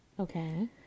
Okay